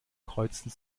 kreuzten